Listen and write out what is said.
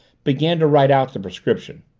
began to write out the prescription.